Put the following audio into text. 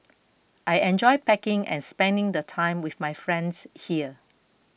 I enjoy packing and spending the time with my friends here